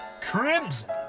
Crimson